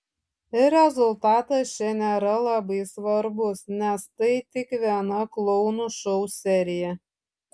ir rezultatas čia nėra labai svarbus nes tai tik viena klounų šou serija